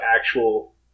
actual